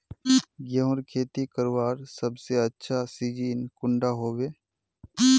गेहूँर खेती करवार सबसे अच्छा सिजिन कुंडा होबे?